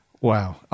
Wow